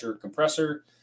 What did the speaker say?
compressor